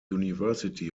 university